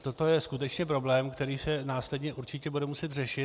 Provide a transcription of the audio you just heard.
Toto je skutečně problém, který se následně určitě bude muset řešit.